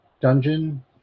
dungeon